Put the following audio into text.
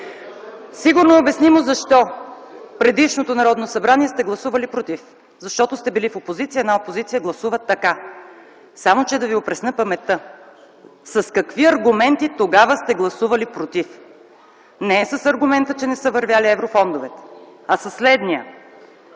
Сигурно е обяснимо защо в предишното Народно събрание сте гласували „против”. Защото сте били в опозиция, а една опозиция гласува така. Само че да Ви опресня паметта с какви аргументи тогава сте гласували „против”. Не е с аргумента, че не са вървели еврофондовете, а със следния,